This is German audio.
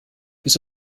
bis